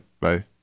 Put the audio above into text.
Bye